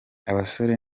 abasore